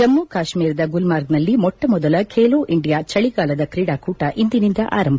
ಜಮ್ಮು ಕಾತ್ಮೀರದ ಗುಲ್ಜಾರ್ಗ್ನಲ್ಲಿ ಮೊಟ್ಟಮೊದಲ ಖೇಲೋ ಇಂಡಿಯಾ ಚಳಿಗಾಲದ ಕ್ರೀಡಾಕೂಟ ಇಂದಿನಿಂದ ಆರಂಭ